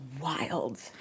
wild